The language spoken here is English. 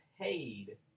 paid